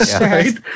right